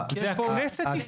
זה כנסת ישראל.